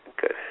Good